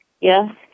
Yes